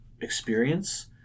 experience